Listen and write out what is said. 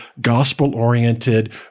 gospel-oriented